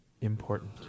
important